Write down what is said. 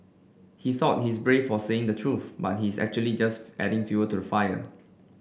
he thought he's brave for saying the truth but he's actually just adding fuel to the fire